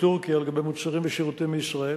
טורקיה לגבי מוצרים ושירותים מישראל.